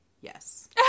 yes